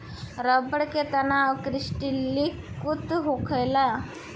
रबड़ के तनाव क्रिस्टलीकृत होखेला